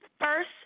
First